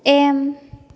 M